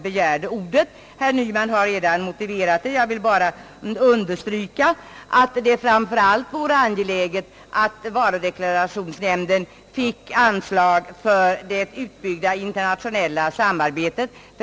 Herr Nyman har redan motiverat detta, så jag vill bara understryka, att det framför allt vore angeläget att varudeklarationsnämnden fick anslag för att bygga ut det internationella samarbetet.